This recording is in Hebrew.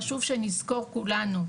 חשוב שנזכור כולנו,